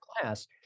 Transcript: class